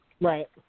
Right